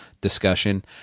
discussion